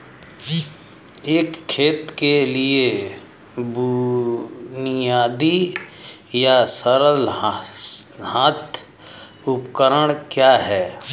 एक खेत के लिए बुनियादी या सरल हाथ उपकरण क्या हैं?